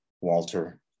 Walter